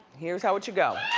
here's how it should go.